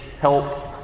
help